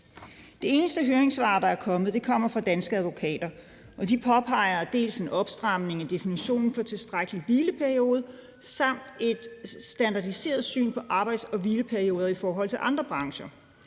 Det eneste høringssvar, der er kommet, kommer fra Danske Advokater, og de påpeger dels en opstramning af definitionen for tilstrækkelig hvileperiode, dels et standardiseret syn på arbejds- og hvileperioder i forhold til andre brancher.